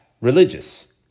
religious